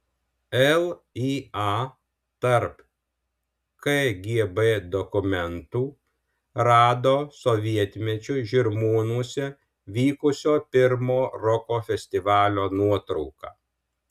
lya tarp kgb dokumentų rado sovietmečiu žirmūnuose vykusio pirmo roko festivalio nuotrauką